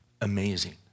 Amazing